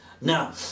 Now